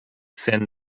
send